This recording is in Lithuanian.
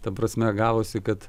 ta prasme gavosi kad